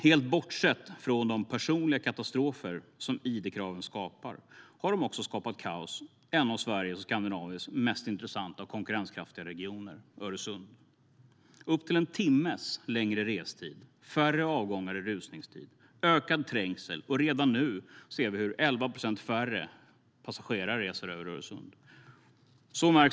Helt bortsett från de personliga katastrofer som id-kraven skapar har de också skapat kaos i en av Sveriges och Skandinaviens mest intressanta och konkurrenskraftiga regioner - Öresund. Id-kraven har lett till upp till en timmes längre restid, färre avgångar i rusningstid och ökad trängsel. Redan nu reser 11 procent färre passagerare över Öresund.